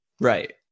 Right